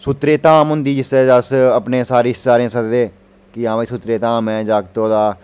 सूत्तरे दी धाम होंदी जिसलै ते अस अपने सारें गी सद्ददे कि आओ सूत्तरे दी धाम ऐ जागत होए दा